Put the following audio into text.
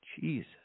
Jesus